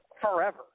forever